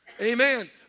Amen